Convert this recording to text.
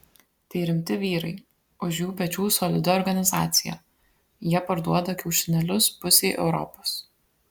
tai rimti vyrai už jų pečių solidi organizacija jie parduoda kiaušinėlius pusei europos